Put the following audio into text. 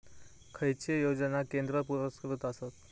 खैचे योजना केंद्र पुरस्कृत आसत?